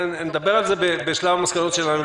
נדבר על זה בשלב המסקנות שלנו.